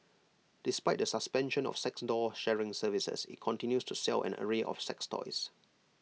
despite the suspension of sex doll sharing services IT continues to sell an array of sex toys